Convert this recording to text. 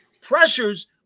pressures